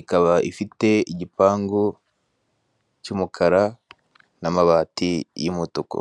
ikaba ifite igipangu cy'umukara n'amabati y'umutuku.